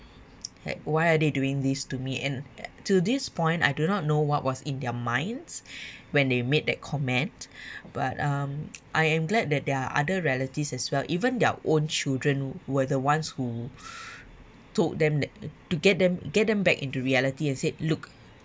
like why are they doing this to me and to this point I do not know what was in their minds when they made that comment but um I am glad that there are other relatives as well even their own children were the ones who told them that to get them get them back into reality as it looked